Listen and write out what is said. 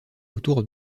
autour